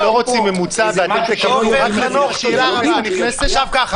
לא רוצים ממוצע ואתם תקבלו רק לפי הכנסת הנכנסת?